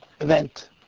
event